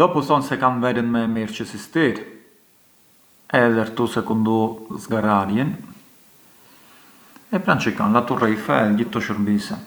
dopu thonë se kan verën më e mirë çë sistir, e edhe këtu sekundu u zgarrarjën e pran çë kan, la Tour Eiffel e këto shurbise.